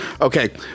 Okay